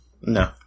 No